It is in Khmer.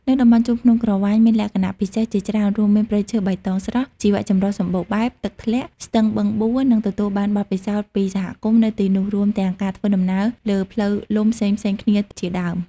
នៅតំបន់ជួរភ្នំក្រវាញមានលក្ខណៈពិសេសជាច្រើនរួមមាន ព្រៃឈើបៃតងស្រស់ ជីវៈចម្រុះសម្បូរបែប ទឹកធ្លាក់ ស្ទឹងបឹងបួរ និងទទួលបានបទពិសោធន៍ពីសហគមន៍នៅទីនោះ រួមទាំងការធ្វើដំណើរលើផ្លូវលំផ្សេងៗគ្នាជាដើម។